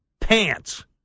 pants